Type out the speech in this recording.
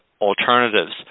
alternatives